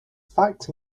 fact